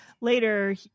later